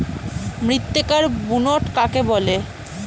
মৃত্তিকার বুনট কাকে বলে?